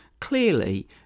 clearly